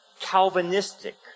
Calvinistic